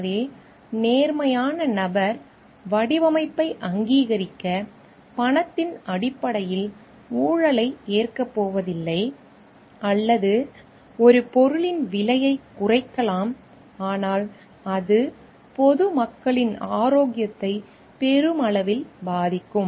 எனவே நேர்மையான நபர் வடிவமைப்பை அங்கீகரிக்க பணத்தின் அடிப்படையில் ஊழலை ஏற்கப் போவதில்லை அல்லது ஒரு பொருளின் விலையைக் குறைக்கலாம் ஆனால் அது பொதுமக்களின் ஆரோக்கியத்தை பெருமளவில் பாதிக்கும்